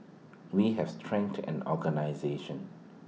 we have strengthened and organisation